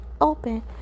open